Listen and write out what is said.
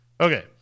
Okay